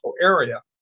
area